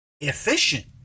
efficient